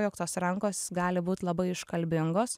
jog tos rankos gali būt labai iškalbingos